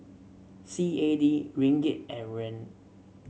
C A D Ringgit and Yuan